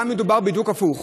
כאן מדובר בדיוק הפוך.